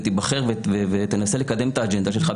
ותיבחר ותנסה לקדם את האג'נדה שלך.